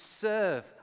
serve